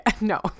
no